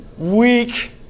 Weak